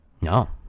no